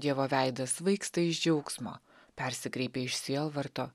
dievo veidas svaigsta iš džiaugsmo persikreipė iš sielvarto